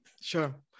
Sure